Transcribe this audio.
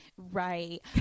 right